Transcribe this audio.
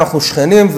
אנחנו שכנים,